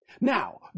Now